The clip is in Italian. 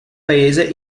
paese